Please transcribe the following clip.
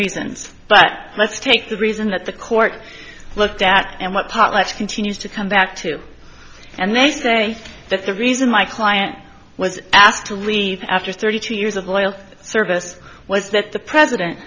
reasons but let's take the reason that the court looked at and what potlatch continues to come back to and they say that the reason my client was asked to leave after thirty two years of loyal service was that the president